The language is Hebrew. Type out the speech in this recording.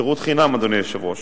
שירות חינם, אדוני היושב-ראש,